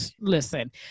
Listen